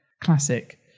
classic